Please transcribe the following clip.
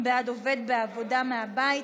בבקשה.